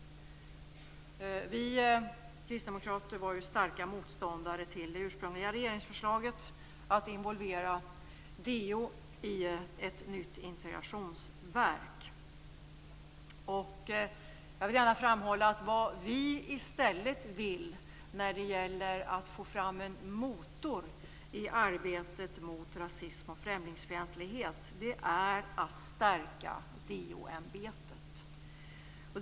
Vi kristdemokrater var starka motståndare till det ursprungliga regeringsförslaget att involvera DO i ett nytt integrationsverk. Jag vill gärna framhålla att när det gäller att få fram en motor i arbetet mot rasism och främlingsfientlighet vill vi i stället stärka DO-ämbetet.